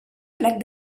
plec